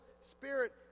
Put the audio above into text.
spirit